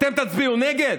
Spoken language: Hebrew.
אתם תצביעו נגד?